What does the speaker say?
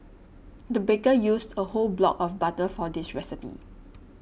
the baker used a whole block of butter for this recipe